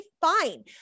fine